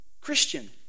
Christian